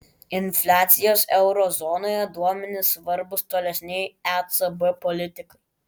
infliacijos euro zonoje duomenys svarbūs tolesnei ecb politikai